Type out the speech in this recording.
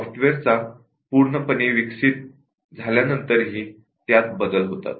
software पूर्णपणे develop झाल्यानंतरहि त्यात बदल होतात